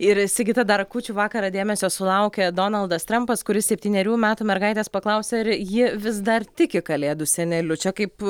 ir sigita dar kūčių vakarą dėmesio sulaukė donaldas trampas kuris septynerių metų mergaitės paklausė ar ji vis dar tiki kalėdų seneliu čia kaip